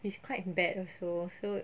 it's quite bad also so